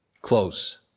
close